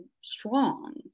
strong